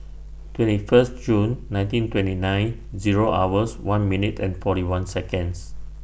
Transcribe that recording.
twenty First June nineteen twenty nine Zero hours one minute and forty one Seconds